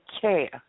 care